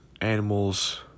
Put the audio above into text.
animals